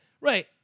Right